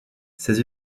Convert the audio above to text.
ses